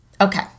Okay